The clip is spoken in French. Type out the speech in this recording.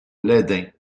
lesdins